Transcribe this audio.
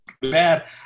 Bad